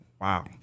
wow